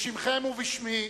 בשמכם ובשמי,